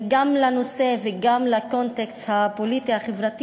גם של הנושא וגם של הקונטקסט הפוליטי החברתי